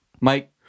Mike